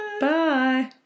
Bye